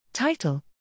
Title